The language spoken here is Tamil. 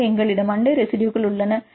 எனவே எங்களிடம் அண்டை ரெசிடுயுகள் உள்ளன